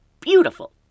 Beautiful